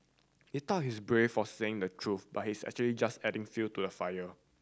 he thought he's brave for saying the truth but he's actually just adding fuel to the fire